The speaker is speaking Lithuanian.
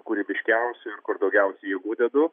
kūrybiškiausių ir kur daugiausiai jėgų dedu